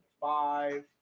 five